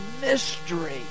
mystery